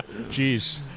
Jeez